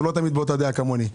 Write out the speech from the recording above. הוא לא תמיד באותה דעה כמוני.